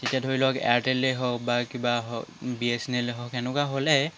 তেতিয়া ধৰি লওক এয়াৰটেলেই হওক বা কিবা হওক বি এছ এন এলেই হওক সেনেকুৱা হ'লে